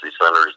Centers